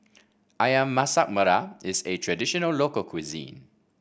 ayam Masak Merah is a traditional local cuisine